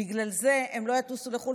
ובגלל זה הם לא יטוסו לחו"ל,